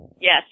Yes